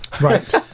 right